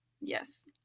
Yes